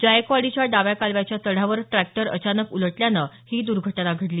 जायकवाडीच्या डाव्या कालव्याच्या चढावर ट्रॅक्टर अचानक उलटल्यानं ही दुर्घटना घडली